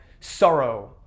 sorrow